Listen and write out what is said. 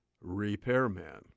repairman